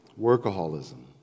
Workaholism